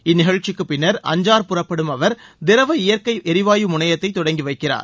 இந்நிகழ்ச்சிக்கு பின் அஞ்சார் புறப்படும் அவர் திரவ இயற்கை எரிவாயு முனையத்தை தொடங்கி வைக்கிறார்